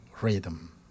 rhythm